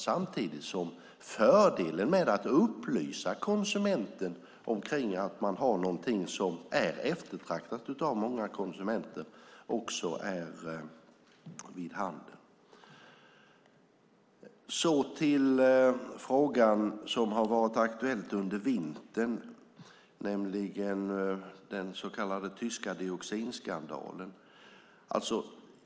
Samtidigt är också den fördelen vid handen att man upplyser konsumenten om att man har någonting som är eftertraktat av många konsumenter. Till frågan som har varit aktuell under vintern, nämligen den tyska så kallade dioxinskandalen.